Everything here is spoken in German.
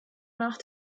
nach